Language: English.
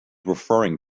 referring